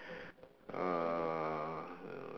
uhh